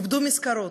איבדו מזכרות,